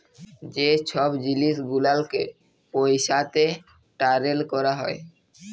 যে ছব জিলিস গুলালকে পইসাতে টারেল ক্যরা হ্যয়